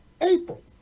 April